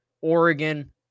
Oregon